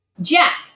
jack